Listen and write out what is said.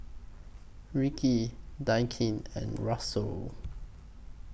Rikki and Russel